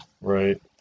Right